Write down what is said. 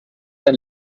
ein